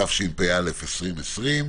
התשפ"א-2020.